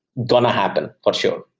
going to happen for sure